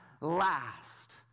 last